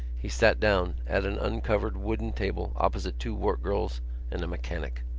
he sat down at an uncovered wooden table opposite two work-girls and a mechanic.